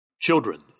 Children